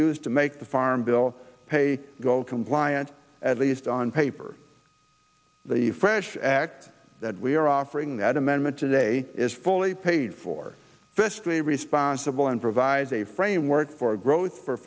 used to make the farm bill a goal compliant at least on paper the fresh act that we are offering that amendment today is fully paid for fiscally responsible and provides a framework for growth for